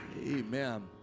Amen